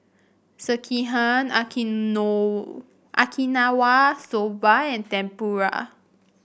Sekihan Okinawa Soba and Tempura